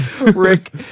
rick